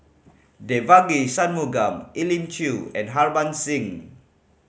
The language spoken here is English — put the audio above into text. Devagi Sanmugam Elim Chew and Harbans Singh